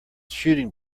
shooting